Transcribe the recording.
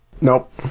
Nope